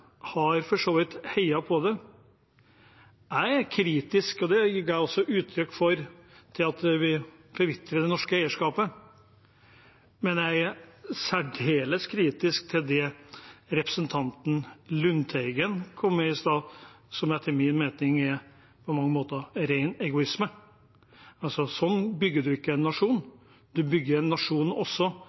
har for så vidt heiet på det. Jeg er kritisk, og det ga jeg også uttrykk for, til at det norske eierskapet forvitrer, men jeg er særdeles kritisk til det representanten Lundteigen kom med i stad, som etter min mening på mange måter er ren egoisme. Sånn bygger man ikke en nasjon. Man bygger en nasjon også